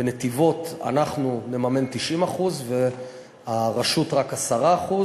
בנתיבות אנחנו נממן 90% והרשות רק 10%,